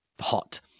hot